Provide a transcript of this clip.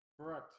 Correct